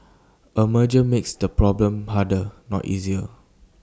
A merger makes the problem harder not easier